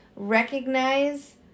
recognize